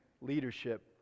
leadership